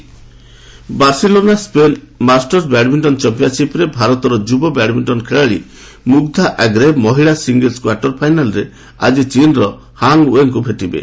badminton Barcelona Spain Masters badminton ଚାମ୍ପିୟନଶିପରେ ଭାରତର ଯୁବ ବ୍ୟାଡମିଷ୍ଟନ ଖେଳାଳି ମୁଗ୍ଧା ଆଗ୍ରେ ମହିଳା ସିଙ୍ଗଲ୍ଟର କ୍ୱାର୍ଟର ଫାଇନାଲରେ ଆଜି ଚୀନର ହା ଓ୍ୱେଙ୍କୁ ଭେଟିବେ